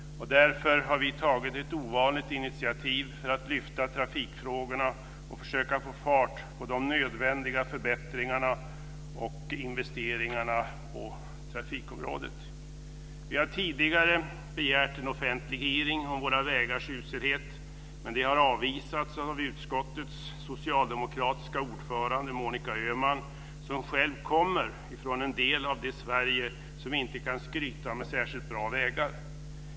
Därför har vi tagit ett ovanligt initiativ för att lyfta fram trafikfrågorna och försöka få fart på de nödvändiga förbättringarna och investeringarna på trafikområdet. Vi har tidigare begärt en offentlig hearing om våra vägars uselhet, men det har avvisats av utskottets socialdemokratiska ordförande Monica Öhman, som själv kommer från en del av Sverige som inte kan skryta med bra vägar.